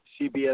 CBS